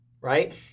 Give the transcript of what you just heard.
right